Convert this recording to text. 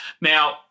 Now